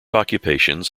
occupations